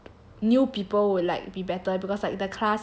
new people would like be better because like the class is like